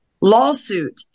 lawsuit